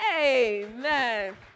Amen